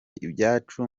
ibyacu